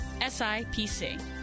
SIPC